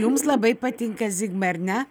jums labai patinka zigmai ar ne